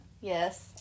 Yes